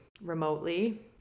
remotely